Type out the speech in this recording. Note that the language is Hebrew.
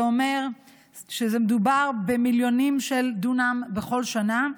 זה אומר שמדובר במיליונים של דונם בכל שנה,